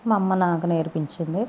మా అమ్మ నాకు నేర్పించింది